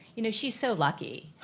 you know she's so lucky.